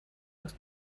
aus